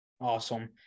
Awesome